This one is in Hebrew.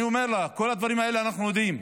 אני אומר לה: את כל הדברים האלה אנחנו יודעים.